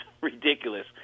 ridiculous